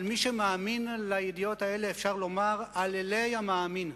על מי שמאמין לידיעות האלה אפשר לומר "אללי המאמין".